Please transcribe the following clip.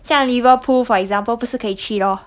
像 liverpool for example 不是可以去 lor